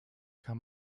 kann